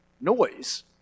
noise